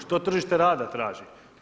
Što tržište rada traži?